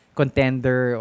contender